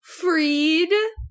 Freed